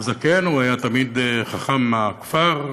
הזקן היה תמיד חכם הכפר,